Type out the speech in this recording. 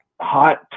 hot